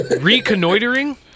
reconnoitering